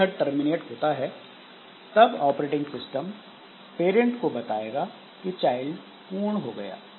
जब यह टर्मिनेट होता है तब ऑपरेटिंग सिस्टम पैरंट को बताएगा चाइल्ड पूर्ण हो गया है